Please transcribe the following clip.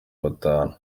batanu